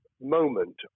moment